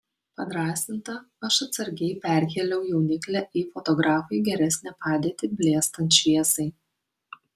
padrąsinta aš atsargiai perkėliau jauniklę į fotografui geresnę padėtį blėstant šviesai